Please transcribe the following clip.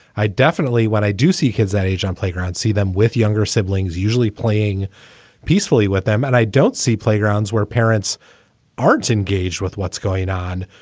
i definitely what i do see kids that age on playgrounds, see them with younger siblings usually playing peacefully with them. and i don't see playgrounds where parents aren't engaged with what's going on,